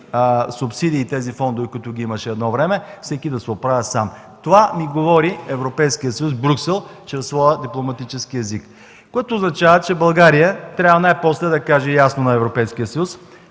субсидии и тези фондове, които ги имаше едно време, всеки да се оправя сам”. Това ми говори Европейският съюз, Брюксел, чрез своя дипломатически език, което означава, че България трябва най-после да го каже ясно на Европейския съюз.